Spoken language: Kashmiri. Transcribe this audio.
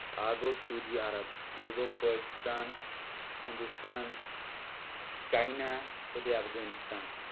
اَکھ گوٚو سوٗدی عرب بیٚیہِ گوٚو پٲکِستان ہِندوستان چاینا تہٕ بیٚیہِ افغٲنِستان